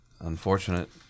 unfortunate